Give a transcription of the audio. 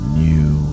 new